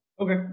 Okay